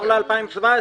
נחזור ל-2017.